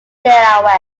delaware